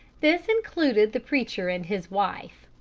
this included the preacher and his wife.